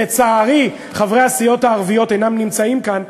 לצערי חברי הסיעות הערביות אינם נמצאים כאן,